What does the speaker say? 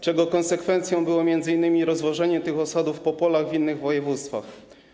czego konsekwencją było m.in. rozwożenie tych osadów po polach w innych województwach.